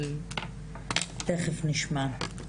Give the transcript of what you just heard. אבל תכף נשמע.